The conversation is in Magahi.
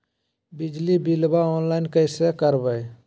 बिजली बिलाबा ऑनलाइन कैसे करबै?